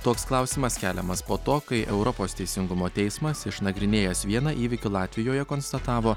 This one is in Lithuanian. toks klausimas keliamas po to kai europos teisingumo teismas išnagrinėjęs vieną įvykį latvijoje konstatavo